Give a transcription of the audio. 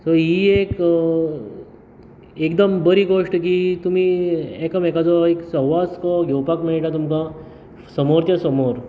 so ही एक अ एकदम बरी गोश्ट की तुमी एकामेकाचो एक सहवास कहो घेवपाक मेळटा तुमकां समोरच्या समोर